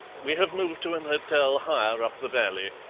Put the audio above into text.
we have moved to an hotel higher up the valley.